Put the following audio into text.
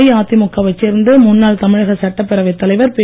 அஇஅதிமுக வைச் சேர்ந்த முன்னாள் தமிழக சட்டப்பேரவைத் தலைவர் பி